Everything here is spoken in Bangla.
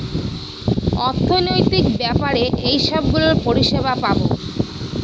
অর্থনৈতিক ব্যাপারে এইসব গুলোর পরিষেবা পাবো